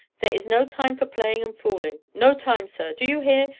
there is no time for playing and fooling no time, sir! do you hear?